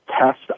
test